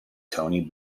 tony